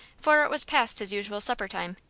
for it was past his usual supper time,